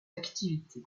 activités